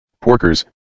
porkers